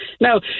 Now